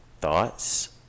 Thoughts